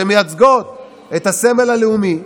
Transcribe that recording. שמייצגות את הסמל הלאומי,